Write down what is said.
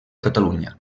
catalunya